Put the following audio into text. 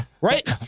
right